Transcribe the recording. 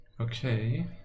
Okay